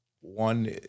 one